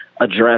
address